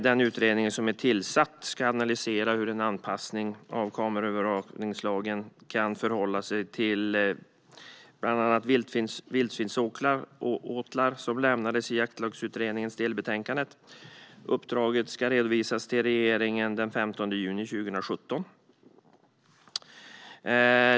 Den utredning som är tillsatt ska analysera hur en anpassning av kameraövervakningslagen kan förhålla sig till bland annat vildsvinsåtlar, något som lämnades i Jaktlagsutredningens delbetänkande. Uppdraget ska redovisas till regeringen den 15 juni 2017.